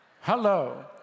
hello